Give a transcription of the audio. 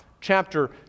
chapter